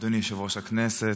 אדוני יושב-ראש הכנסת,